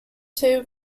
two